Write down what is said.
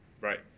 Right